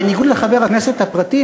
בניגוד לחבר הכנסת הפרטי,